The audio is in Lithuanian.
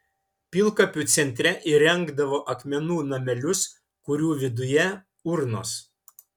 pilkapių centre įrengdavo akmenų namelius kurių viduje urnos